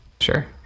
Sure